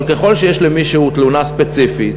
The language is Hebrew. אבל ככל שיש למישהו תלונה ספציפית,